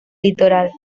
litoral